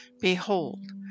Behold